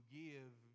give